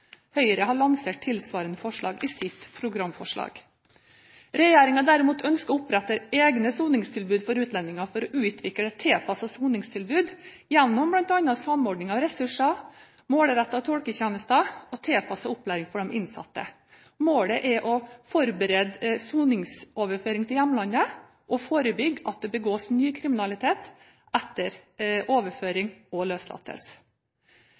Høyre har lansert tilsvarende forslag i sitt programforslag. Regjeringen ønsker derimot å opprette egne soningstilbud for utlendinger for å utvikle et tilpasset soningstilbud gjennom bl.a. samordning av ressurser, målrettede tolketjenester og tilpasset opplæring for de innsatte. Målet er å forberede soningsoverføring til hjemlandet og forebygge at det begås ny kriminalitet etter overføring og løslatelse.